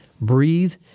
breathe